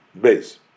base